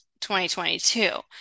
2022